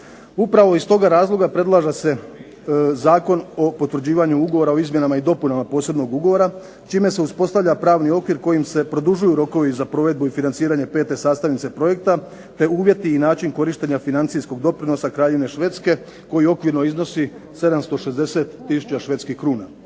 Upravo iz toga razloga predlaže se Zakon o potvrđivanju ugovora o izmjenama i dopunama posebnog ugovora, čime se uspostavlja pravni okvir kojim se produžuju rokovi za provedbu i financiranje pete sastavnice projekta, te uvjeti i način korištenja financijskog doprinosa Kraljevine Švedske koji okvirno iznosi 760 tisuća švedskih kruna.